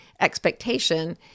expectation